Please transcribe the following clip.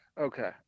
Okay